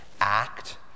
act